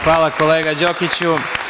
Hvala kolega Đokiću.